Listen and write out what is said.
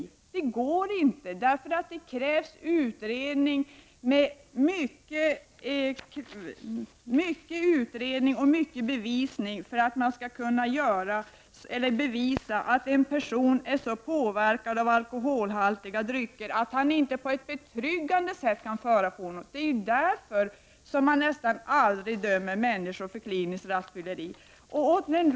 Det går inte, därför att det krävs mycket utredning och bevisning för att man skall kunna bevisa att en person är så påverkad av alkoholhaltiga drycker att han inte på ett betryggande sätt kan föra fordonet. Därför dömer man nästan aldrig människor för kliniskt rattfylleri.